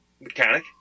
Mechanic